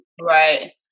right